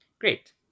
Great